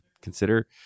consider